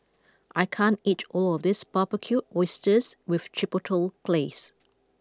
I can't eat all of this Barbecued Oysters with Chipotle Glaze